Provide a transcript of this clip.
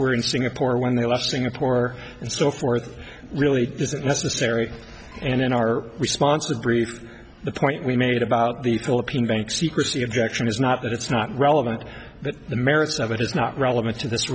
were in singapore when they left singapore and so forth really isn't necessary and in our response the brief the point we made about the philippine bank secrecy objection is not that it's not relevant that the merits of it is not relevant to this